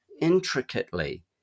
intricately